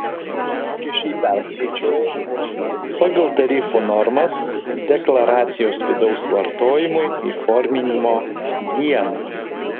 mokesčiai perskaičiuojami pagal tarifų normas deklaracijos vidaus vartojimui įforminimo dieną